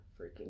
freaking